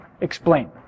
Explain